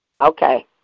Okay